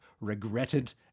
regretted